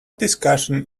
discussion